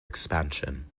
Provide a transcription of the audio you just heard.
expansion